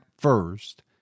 first